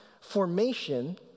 formation